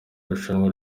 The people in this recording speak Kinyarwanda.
irushanwa